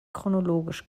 chronologisch